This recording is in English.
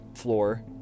floor